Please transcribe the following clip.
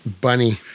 Bunny